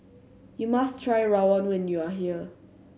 you must try rawon when you are here